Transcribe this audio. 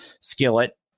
skillet